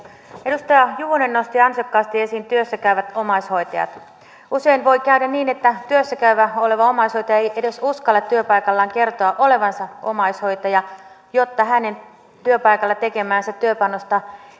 edustaja juvonen nosti ansiokkaasti esiin työssä käyvät omaishoitajat usein voi käydä niin että työssä käyvä omaishoitaja ei edes uskalla työpaikallaan kertoa olevansa omaishoitaja jotta hänen työpaikalla tekemäänsä työpanosta